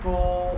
pro